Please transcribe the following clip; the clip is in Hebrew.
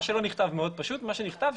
מה שלא נכתב מאוד פשוט ומה שנכתב,